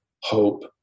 hope